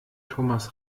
thomas